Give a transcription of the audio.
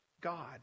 god